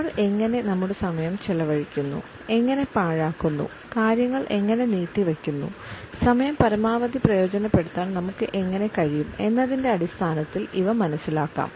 നമ്മൾ എങ്ങനെ നമ്മുടെ സമയം ചെലവഴിക്കുന്നു എങ്ങനെ പാഴാക്കുന്നു കാര്യങ്ങൾ എങ്ങനെ നീട്ടിവെക്കുന്നു സമയം പരമാവധി പ്രയോജനപ്പെടുത്താൻ നമുക്ക് എങ്ങനെ കഴിയും എന്നതിന്റെ അടിസ്ഥാനത്തിൽ ഇവ മനസ്സിലാക്കാം